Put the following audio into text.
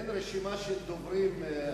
אין רשימה של דוברים,